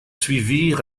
suivirent